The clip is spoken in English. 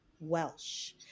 Welsh